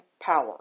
power